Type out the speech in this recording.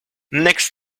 next